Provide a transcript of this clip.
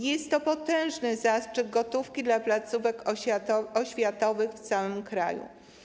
Jest to potężny zastrzyk gotówki dla placówek oświatowych w całym kraju.